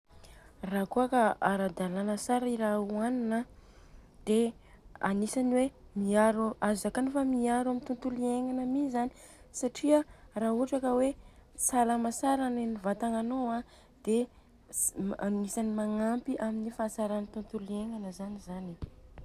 Rakôa ka ara-dalana tsara i raha i ohanina dia agnisany hoe miaro azo zakena fa miaro amin'ny tontolo iegnana mi zany satria raha ohatra ka hoe salama tsara neny i vatagna anô a agnisany magnampy amin'ny fahatsarany i tontolo iegnana.